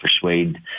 persuade